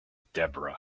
deborah